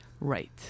Right